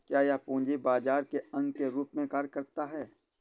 क्या यह पूंजी बाजार के अंग के रूप में कार्य करता है?